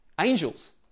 Angels